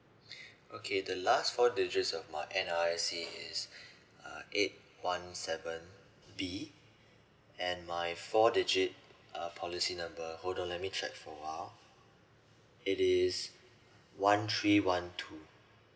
okay the last four digits of my N_R_I_C is uh eight one seven B and my four digit uh policy number hold on let me check for a while it is one three one two